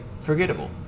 forgettable